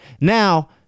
now